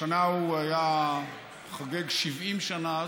השנה הוא חוגג 70 שנה,